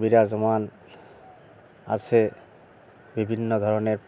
বিরাজমান আছে বিভিন্ন ধরনের